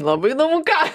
labai įdomu ką